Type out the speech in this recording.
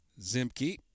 Zimke